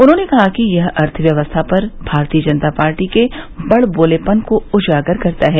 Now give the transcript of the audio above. उन्होंने कहा कि यह अर्थव्यवस्था पर भारतीय जनता पार्टी के बड़बोलेपन को उजागर करता है